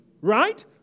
right